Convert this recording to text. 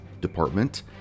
department